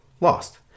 lost